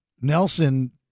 Nelson